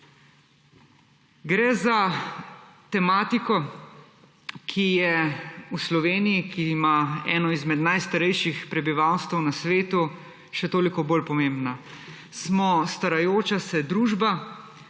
Gre za tematiko, ki je v Sloveniji, ki ima eno izmed najstarejših prebivalstev na svetu, še toliko bolj pomembna. Smo starajoča se družba.